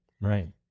Right